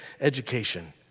education